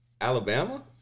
Alabama